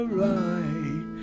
right